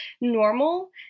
normal